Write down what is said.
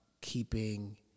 keeping